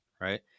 right